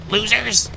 Losers